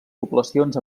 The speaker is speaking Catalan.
poblacions